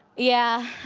yeah,